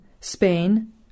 Spain